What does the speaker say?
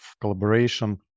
collaboration